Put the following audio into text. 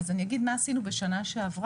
אז אני אגיד מה עשינו בשנה שעברה.